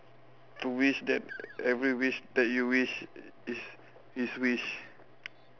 to wish that every wish that you wish is is wish